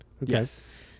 Yes